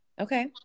Okay